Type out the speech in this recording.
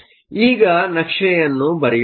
ಆದ್ದರಿಂದ ಈಗ ನಕ್ಷೆಯನ್ನು ಬರೆಯೋಣ